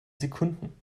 sekunden